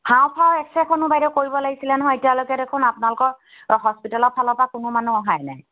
হাওঁফাওঁ এক্সৰেখনো বাইদেউ কৰিব লাগিছিলে নহয় এতিয়ালৈকে দেখোন আপোনালোকৰ হস্পিটেলৰ ফালৰ পৰা কোনো মানুহ অহাই নাই